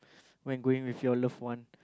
when going with your loved one